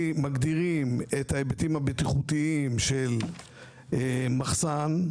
מגדירים את ההיבטים הבטיחותיים של מחסן,